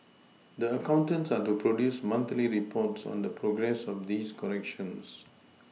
the accountants are to produce monthly reports on the progress of these corrections